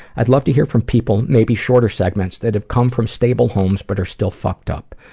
i'd love to hear from people, maybe shorter segments, that have come from stable homes but are still fucked up.